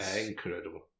Incredible